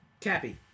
Cappy